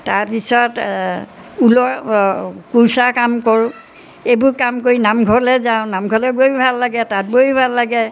তাৰপিছত ঊলৰ কোৰ্চাৰ কাম কৰোঁ এইবোৰ কাম কৰি নামঘৰলৈ যাওঁ নামঘৰলৈ গৈও ভাল লাগে তাঁত বৈয়ো ভাল লাগে